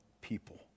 people